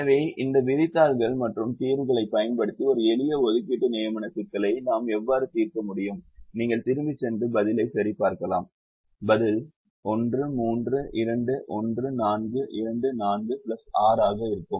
எனவே இந்த விரிதாள்கள் மற்றும் தீர்வுகளைப் பயன்படுத்தி ஒரு எளிய ஒதுக்கீட்டு நியமன சிக்கலை நாம் எவ்வாறு தீர்க்க முடியும் நீங்கள் திரும்பிச் சென்று பதிலையும் சரிபார்க்கலாம் பதில் 1 3 2 1 4 2 4 பிளஸ் 6 ஆக இருக்கும்